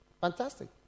fantastic